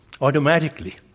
automatically